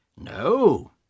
No